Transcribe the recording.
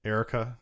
Erica